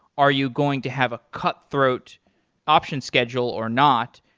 are you going to have a cutthroat option schedule or not?